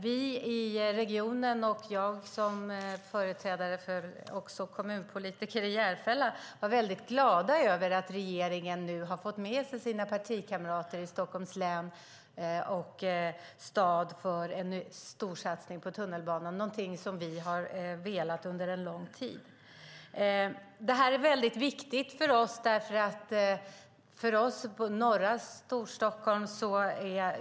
Vi i regionen och jag som företrädare också för kommunpolitiker i Järfälla var väldigt glada över att regeringen nu fått med sig sina partikamrater i Stockholms län och stad för en storsatsning på tunnelbanan. Det är någonting som vi har velat under en lång tid. Det här är viktigt för oss.